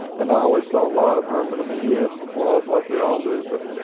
and i always saw a lot of herman. i mean he had some flaws like we all do but